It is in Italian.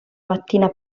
mattina